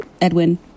Edwin